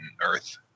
earth